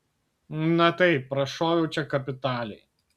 na taip prašoviau čia kapitaliai